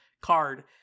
card